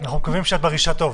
אנחנו מקווים שאת מרגישה טוב.